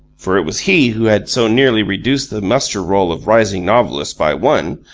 for it was he who had so nearly reduced the muster-roll of rising novelists by one,